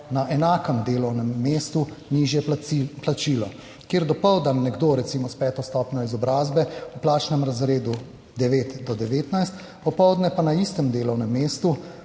na enakem delovnem mestu nižje plačilo, kjer je dopoldan nekdo recimo s peto stopnjo izobrazbe v plačnem razredu devet do 19, popoldne pa na istem delovnem mestu